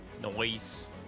Noise